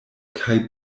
kaj